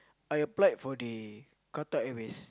I applied for the Qatar-Airways